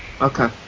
Okay